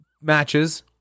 matches